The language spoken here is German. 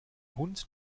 hund